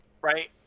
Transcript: right